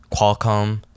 Qualcomm